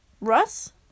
Russ